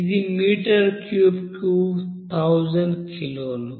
ఇది మీటర్ క్యూబ్కు 1000 కిలోలు